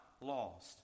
lost